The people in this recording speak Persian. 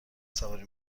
سواری